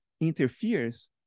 interferes